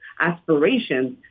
aspirations